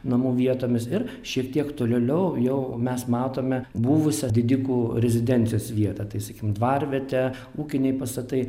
namų vietomis ir šiek tiek tolėliau jau mes matome buvusią didikų rezidencijos vietą tai sakykim dvarvietė ūkiniai pastatai